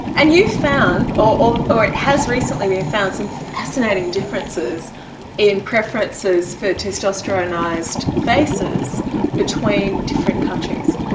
and you found, or or it has recently been found some fascinating differences in preferences for testosteronised faces between different countries.